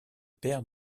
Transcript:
pairs